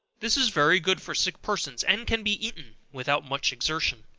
this is very good for sick persons, and can be eaten without much exertion.